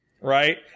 Right